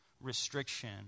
restriction